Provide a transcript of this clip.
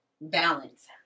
balance